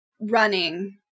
running